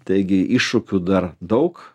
taigi iššūkių dar daug